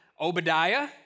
Obadiah